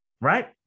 right